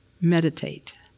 meditate